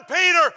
Peter